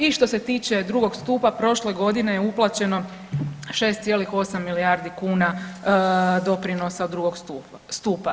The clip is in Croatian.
I što se tiče drugog stupa prošle godine je uplaćeno 6,8 milijardi kuna doprinosa drugog stupa.